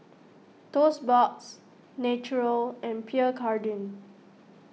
Toast Box Naturel and Pierre Cardin